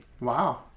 Wow